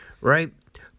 right